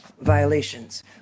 violations